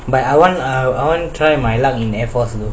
but I want err I want try my luck in air force also